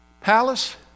palace